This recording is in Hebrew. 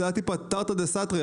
זה היה טיפה תרתי דסתרי.